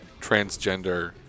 transgender